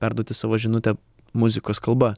perduoti savo žinutę muzikos kalba